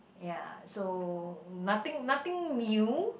ya so nothing nothing new